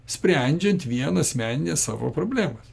sprendžiant vien asmenines savo problemas